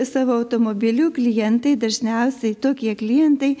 savo automobilių klientai dažniausiai tokie klientai